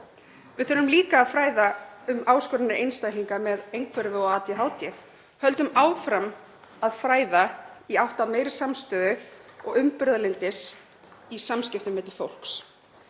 Við þurfum líka að fræða um áskoranir einstaklinga með einhverfu og ADHD. Höldum áfram að fræða í átt að meiri samstöðu og umburðarlyndi í samskiptum milli fólks.